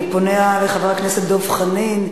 אני פונה לחבר הכנסת דב חנין,